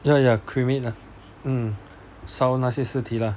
ya ya cremate lah hmm 烧那些尸体 lah